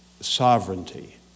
sovereignty